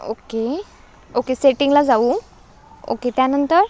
okay okay सेटींगला जाऊ okay त्यानंतर